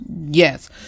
Yes